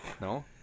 No